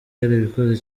yarabikoze